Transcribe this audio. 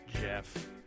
Jeff